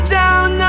down